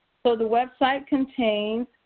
so, the website contains